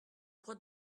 crois